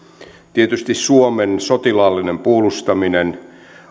tietysti suomen sotilaallinen puolustaminen